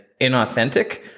inauthentic